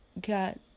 got